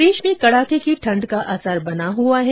प्रदेश में कड़ाके की ठंड का असर बना हुआ है